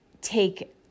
take